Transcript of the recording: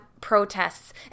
protests